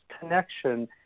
connection